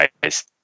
guys